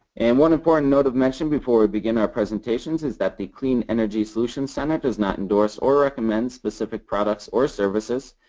and one important note of mention before we begin our presentations is that the clean energy solutions center does not endorse or recommend specific products or services.